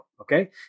Okay